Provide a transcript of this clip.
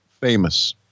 famous